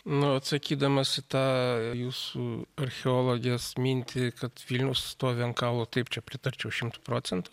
nu atsakydamas į tą jūsų archeologės mintį kad vilnius stovi ant kaulų taip čia pritarčiau šimtu procentų